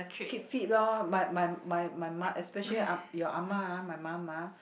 keep fit loh but my my my mum especially uh your ah-ma ah my mum ah